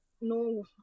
no